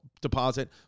deposit